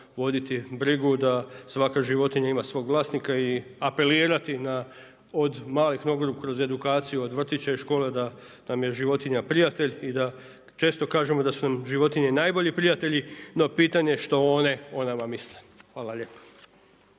voditi brigu da svaka životinja ima svog vlasnika i apelirati na od malih nogu kroz edukaciju od vrtića i škole da nam je životinja prijatelj i da često kažemo da su nam životinje najbolji prijatelji, no pitanje što one o nama misle. Hvala lijepo.